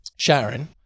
Sharon